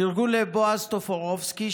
פרגון לבועז טופורובסקי,